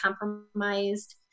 compromised